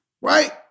right